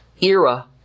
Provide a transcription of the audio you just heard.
era